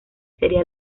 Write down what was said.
sería